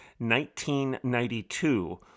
1992